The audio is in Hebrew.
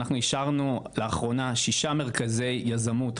אישרנו לאחרונה 6 מרכזי יזמות,